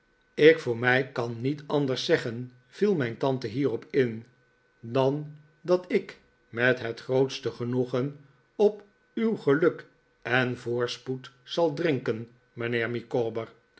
ik voor mij kan niet anders zeggen viel mijn tante hierop in dan dat ik met het grootste genoegen op uw geluk en voorspoed zal drinken